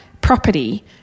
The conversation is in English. property